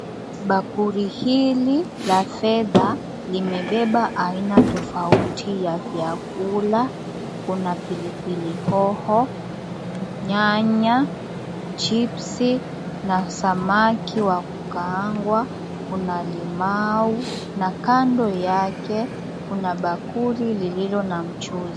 Bakuli hili la fedha limebeba aina tofauti ya vyakula kuna pilipili hoho, nyanya, chipsi na samaki wa kukaangwa. Kuna limau na kando yake kuna bakuli lililo na mchuzi.